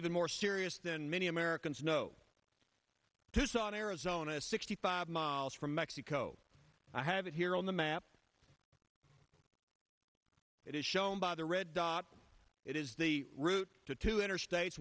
even more serious than many americans know tucson arizona sixty five miles from mexico i have it here on the map it is shown by the red dot it is the route to two interstates